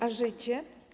A życie?